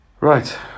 Right